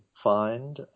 find